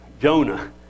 Jonah